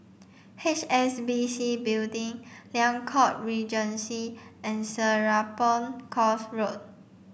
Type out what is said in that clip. H S B C Building Liang Court Regency and Serapong Course Road